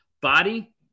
body